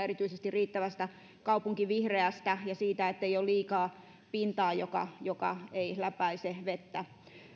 erityisesti riittävästä kaupunkivihreästä ja siitä ettei ole liikaa pintaa joka joka ei läpäise vettä